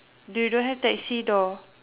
you don't have taxi door